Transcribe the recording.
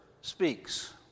speaks